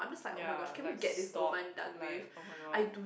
ya like stop like oh-my-god